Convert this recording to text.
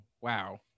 Wow